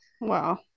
Wow